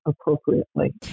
appropriately